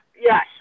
yes